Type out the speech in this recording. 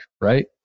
right